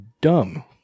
dumb